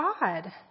God